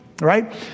right